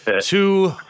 two –